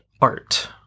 art